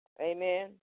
amen